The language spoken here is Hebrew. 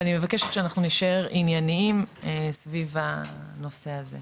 ואני מבקשת שאנחנו נישאר ענייניים סביב הנושא הזה.